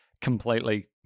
completely